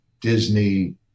Disney